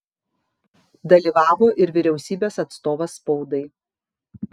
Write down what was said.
dalyvavo ir vyriausybės atstovas spaudai